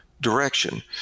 direction